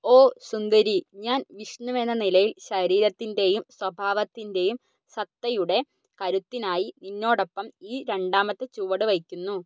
ഓ സുന്ദരീ ഞാൻ വിഷ്ണുവെന്ന നിലയിൽ ശരീരത്തിൻ്റെയും സ്വഭാവത്തിൻ്റെയും സത്തയുടെ കരുത്തിനായി നിന്നോടൊപ്പം ഈ രണ്ടാമത്തെ ചുവട് വയ്ക്കുന്നു